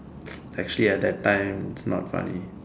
actually at that time not funny